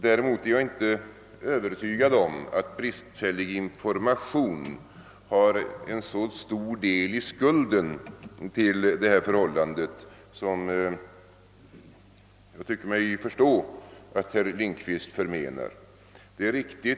Däremot är jag inte övertygad om att bristfällig information har en så stor del i skulden till detta förhållande som jag tycker mig förstå att herr Lindkvist menar.